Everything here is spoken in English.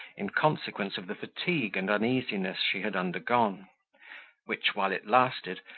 in consequence of the fatigue and uneasiness she had undergone which, while it lasted,